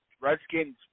Redskins